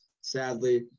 sadly